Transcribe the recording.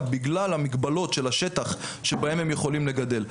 בגלל המגבלות של השטחים שבהם הם יכולים לגדל.